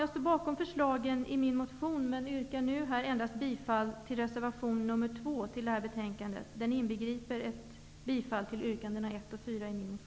Jag står bakom förslagen i min motion men yrkar nu bifall endast till reservation nr 2 till det här betänkandet, vilken inbegriper yrkandena 1